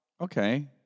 Okay